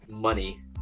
money